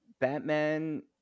Batman